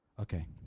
Okay